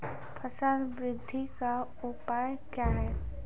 फसल बृद्धि का उपाय क्या हैं?